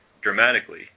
dramatically